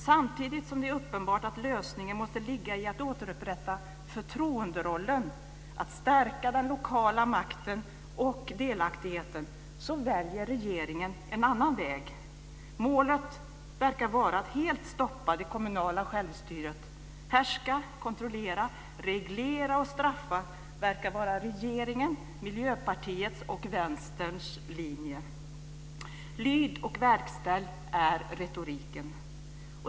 Samtidigt som det är uppenbart att lösningen måste ligga i att återupprätta förtroenderollen, att stärka den lokala makten och delaktigheten, väljer regeringen en annan väg. Målet verkar vara att helt stoppa det kommunala självstyret. Härska, kontrollera, reglera och straffa verkar vara regeringens, Miljöpartiets och Vänsterns linje. Lyd och verkställ, är retoriken.